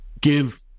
give